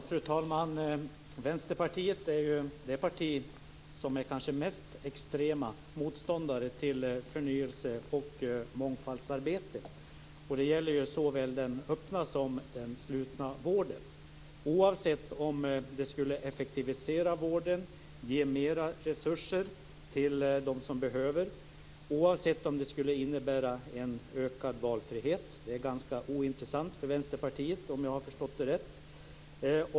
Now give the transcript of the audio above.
Fru talman! Vänsterpartiet är ju det parti som kanske är mest extrem motståndare till förnyelse och mångfaldsarbete. Det gäller såväl den öppna som den slutna vården - oavsett om det skulle effektivisera vården och ge mer resurser till dem som behöver, oavsett om det skulle innebära en ökad valfrihet. Det är ganska ointressant för Vänsterpartiet, om jag har förstått det rätt.